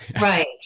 Right